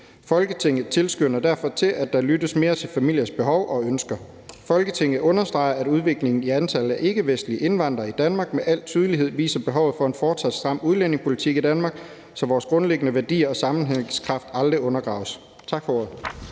Folketinget tilskynder derfor til, at der lyttes mere til familiers behov og ønsker. Folketinget understreger, at udviklingen i antallet af ikkevestlige indvandrere i Danmark med al tydelighed viser behovet for en fortsat stram udlændingepolitik i Danmark, så vores grundlæggende værdier og sammenhængskraft aldrig undergraves.« (Forslag